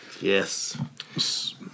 Yes